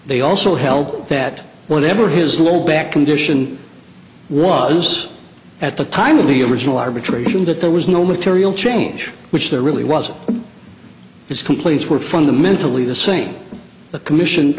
they also held that whatever his low back condition was at the time of the original arbitration that there was no material change which there really wasn't his complaints were fundamentally the same the commission